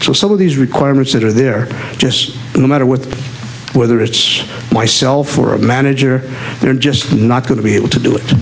so some of these requirements that are there just a matter with whether it's myself or a manager they're just not going to be able to do it